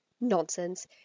Nonsense